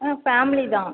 ஆ family தான்